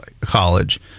college